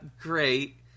Great